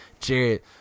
Jared